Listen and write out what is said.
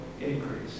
increase